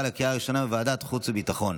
לקריאה ראשונה בוועדת החוץ והביטחון.